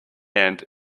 end